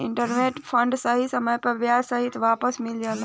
investment fund सही समय पर ब्याज सहित वापस मिल जाला